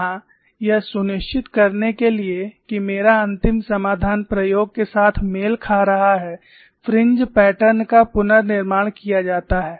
यहां यह सुनिश्चित करने के लिए कि मेरा अंतिम समाधान प्रयोग के साथ मेल खा रहा है फ्रिंज पैटर्न का पुनर्निर्माण किया जाता है